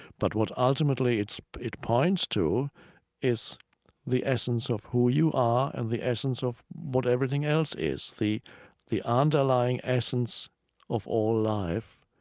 but what ultimately it points to is the essence of who you are and the essence of what everything else is. the the underlying essence of all life.